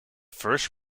first